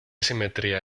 simetría